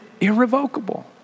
irrevocable